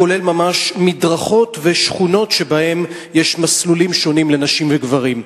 כולל ממש מדרכות ושכונות שבהן יש מסלולים שונים לנשים וגברים.